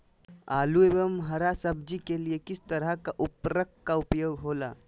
आलू एवं हरा सब्जी के लिए किस तरह का उर्वरक का उपयोग होला?